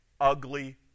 ugly